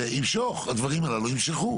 הדברים הללו ימשכו.